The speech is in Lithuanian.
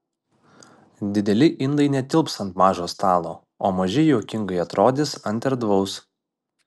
dideli indai netilps ant mažo stalo o maži juokingai atrodys ant erdvaus